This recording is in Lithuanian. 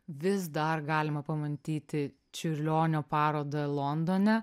vis dar galima pamatyti čiurlionio parodą londone